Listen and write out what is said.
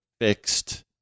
fixed